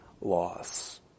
loss